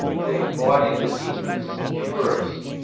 they embody the deepest, purest,